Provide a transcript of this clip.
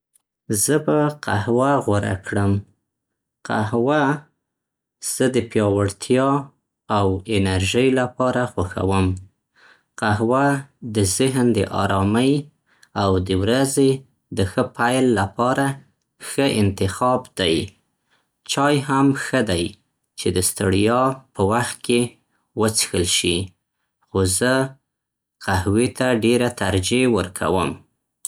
زه به قهوه غوره کړم. قهوه زه د پیاوړتیا او انرژی لپاره خوښوم. قهوه د ذهن د ارامۍ او د ورځې د ښه پیل لپاره ښه انتخاب دی. چای هم ښه دی چې د ستړيا په وخت کې وڅښل شي؛ خو زه قهوې ته ډېره ترجېح ورکوم.